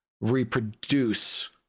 reproduce